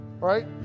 right